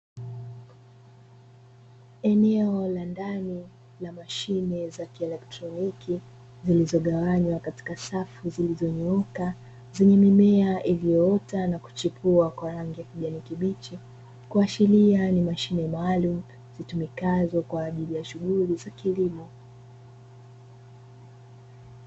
Eneo la ndani la mashine za kielektroniki zilizogawanywa katika safu zilizonyooka zenye mimea iliyoota na kuchipua kwa rangi ya kijani kibichi, kuashiria ni mashine maalumu zitumikazo kwa shughuli za kilimo.